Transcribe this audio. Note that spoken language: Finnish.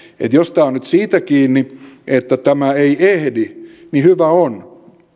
että jos tämä on nyt siitä kiinni että tämä ei ehdi niin hyvä on